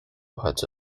hatte